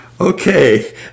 Okay